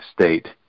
state